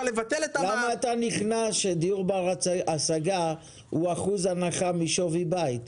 למה אתה נכנע לכך שדיור בר השגה הוא אחוז הנחה משווי בית?